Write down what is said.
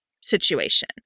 situation